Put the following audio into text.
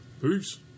Peace